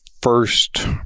first